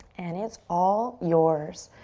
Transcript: and it's all yours.